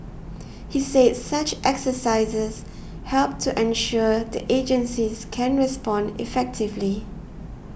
he said such exercises help to ensure the agencies can respond effectively